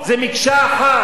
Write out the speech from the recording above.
זו מקשה אחת.